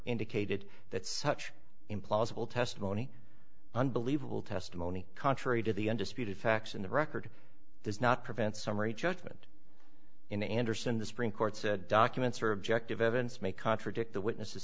indicated that such implausible testimony unbelievable testimony contrary to the undisputed facts in the record does not prevent summary judgment in andersen the supreme court said documents are objective evidence may contradict the witness